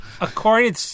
According